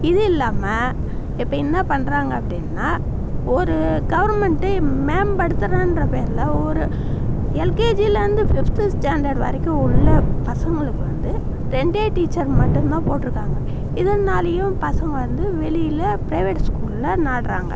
இது இல்லாமல் இப்போ என்ன பண்ணுறாங்க அப்படின்னா ஒரு கவுர்மெண்ட்டு மேம்படுத்துறேன்ற பேரில் ஒரு எல்கேஜிலேருந்து ஃபிஃப்த்து ஸ்டாண்டர்ட் வரைக்கும் உள்ள பசங்களுக்கு வந்து ரெண்டே டீச்சர் மட்டும்தான் போட்டுருக்காங்க இதனாலேயும் பசங்கள் வந்து வெளியில் பிரைவேட் ஸ்கூலில் நாடுறாங்க